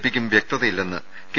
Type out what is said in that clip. പിക്കും വ്യക്തത ഇല്ലെന്ന് കെ